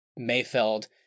Mayfeld